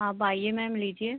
आप आइए मैम लीजिए